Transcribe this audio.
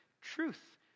truth